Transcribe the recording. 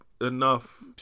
enough